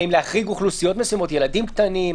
האם להחריג אוכלוסיות מסוימות: ילדים קטנים,